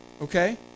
Okay